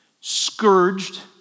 scourged